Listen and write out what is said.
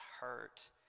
hurt